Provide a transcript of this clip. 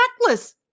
necklace